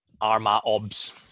ARMA-OBS